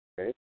okay